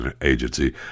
Agency